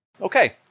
Okay